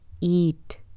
Eat